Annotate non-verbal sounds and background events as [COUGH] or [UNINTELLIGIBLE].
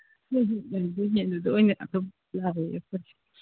[UNINTELLIGIBLE] ꯂꯥꯎꯋꯤ ꯑꯩꯈꯣꯏꯁꯨ